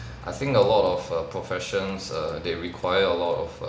I think a lot of err professions err they require a lot of